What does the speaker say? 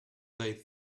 they